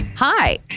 Hi